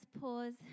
pause